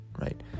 right